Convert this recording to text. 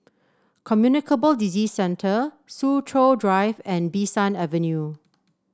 Communicable Disease Centre Soo Chow Drive and Bee San Avenue